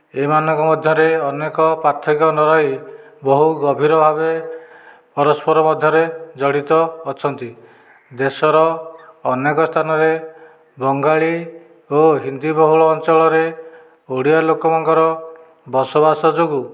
ଏମାନଙ୍କ ମଧ୍ୟରେ ଅନେକ ପାର୍ଥକ୍ୟ ନ ରହି ବହୁ ଗଭୀର ଭାବେ ପରସ୍ପର ମଧ୍ୟରେ ଜଡ଼ିତ ଅଛନ୍ତି ଦେଶର ଅନେକ ସ୍ଥାନରେ ବଙ୍ଗାଳୀ ଓ ହିନ୍ଦୀ ବହୁଳ ଅଞ୍ଚଳରେ ଓଡ଼ିଆ ଲୋକଙ୍କର ବସବାସ ଯୋଗୁଁ